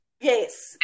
Yes